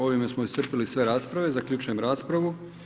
Ovime smo iscrpili sve rasprave, zaključujem raspravu.